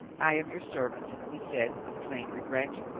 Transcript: i am your servant, he said with plain regret.